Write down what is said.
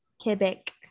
Quebec